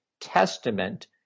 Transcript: Testament